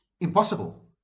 impossible